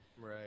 Right